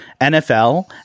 NFL